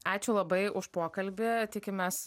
ačiū labai už pokalbį tikimės